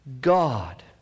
God